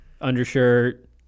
undershirt